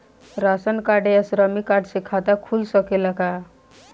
Ration card या श्रमिक card से खाता खुल सकेला का?